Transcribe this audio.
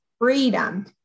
freedom